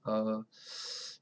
uh